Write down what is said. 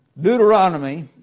Deuteronomy